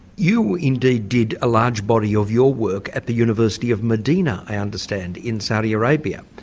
you indeed did a large body of your work at the university of medina i understand in saudi arabia?